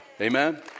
Amen